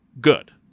Good